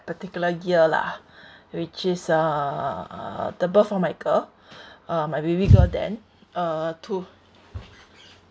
particular year lah which is uh the birth of my girl my baby girl then uh to